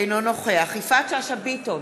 אינו נוכח יפעת שאשא ביטון,